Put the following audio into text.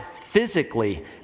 physically